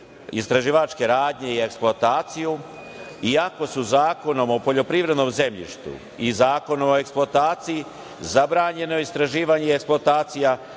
istraživačke radnje i eksploataciju iako su Zakonom o poljoprivrednom zemljištu i Zakonom o eksploataciji zabranjeno istraživanje i eksploatacija